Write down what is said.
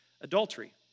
Adultery